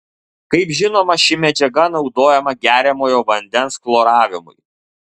kaip žinoma ši medžiaga naudojama geriamojo vandens chloravimui